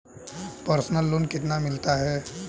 Personal loan कितना मिलता है?